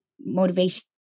motivation